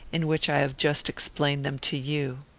in which i have just explained them to you.